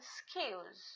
skills